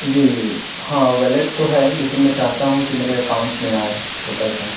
جی ہاں ولیٹ تو ہے لیکن میں چاہتا ہوں کہ میرے اکاؤنٹ میں آئے وہ پیسا